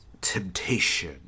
temptation